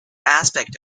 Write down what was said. aspect